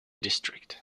district